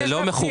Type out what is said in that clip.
זה לא מכובד.